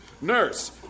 Nurse